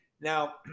Now